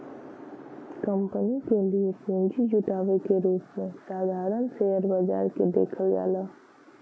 company के लिए पूंजी जुटावे के रूप में साधारण शेयर बाजार के देखल जाला